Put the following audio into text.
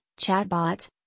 Chatbot